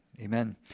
amen